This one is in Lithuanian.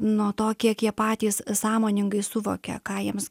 nuo to kiek jie patys sąmoningai suvokia ką jiems